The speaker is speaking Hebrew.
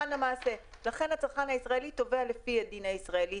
לכן הצרכן הישראלי תובע לפי הדין הישראלי.